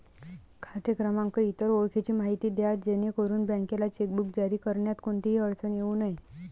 खाते क्रमांक, इतर ओळखीची माहिती द्या जेणेकरून बँकेला चेकबुक जारी करण्यात कोणतीही अडचण येऊ नये